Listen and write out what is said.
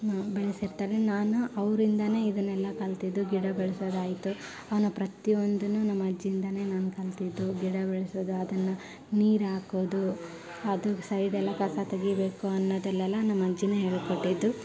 ಬೆಳೆಸಿರ್ತಾರೆ ನಾನು ಅವರಿಂದಾನೇ ಇದನ್ನೆಲ್ಲ ಕಲಿತಿದ್ದು ಗಿಡ ಬೆಳೆಸೋದಾಯ್ತು ಅವುನ್ನ ಪ್ರತಿಯೊಂದೂನೂ ನಮ್ಮಅಜ್ಜಿ ಇಂದಾನೇ ನಾನು ಕಲಿತಿದ್ದು ಗಿಡ ಬೆಳೆಸೋದು ಅದುನ್ನ ನೀರಾಕೋದು ಅದು ಸೈಡೆಲ್ಲ ಕಸ ತೆಗಿಬೇಕು ಅನ್ನೋದನ್ನೆಲ್ಲ ನಮ್ಮಅಜ್ಜಿನೇ ಹೇಳ್ಕೊಟ್ಟಿದ್ದು